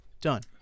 Done